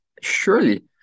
surely